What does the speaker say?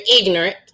ignorant